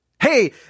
hey